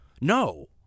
no